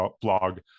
blog